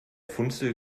funzel